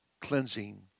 cleansing